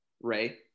ray